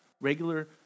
regular